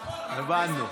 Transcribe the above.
זה נכון.